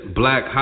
black